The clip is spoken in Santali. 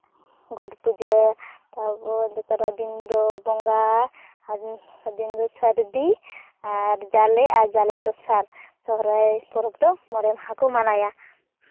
ᱜᱚᱴ ᱯᱩᱡᱟᱹ ᱛᱟᱨᱯᱚᱨ ᱫᱚᱥᱨᱟ ᱫᱤᱱ ᱫᱚ ᱵᱚᱸᱜᱟ ᱟᱨ ᱫᱤᱱ ᱫᱚ ᱥᱟᱨᱫᱤ ᱟᱨ ᱡᱟᱞᱮ ᱟᱨ ᱡᱟᱞᱮ ᱫᱚᱥᱟᱨ ᱥᱚᱨᱦᱟᱭ ᱯᱚᱨᱚᱵᱽ ᱫᱚ ᱢᱚᱬᱮ ᱢᱟᱦᱟ ᱠᱚ ᱢᱟᱱᱟᱭᱟ